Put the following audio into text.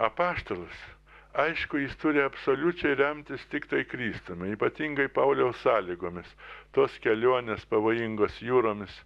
apaštalas aišku jis turi absoliučiai remtis tiktai kristumi ypatingai pauliaus sąlygomis tos kelionės pavojingos jūromis